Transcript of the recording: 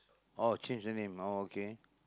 or change the name orh okay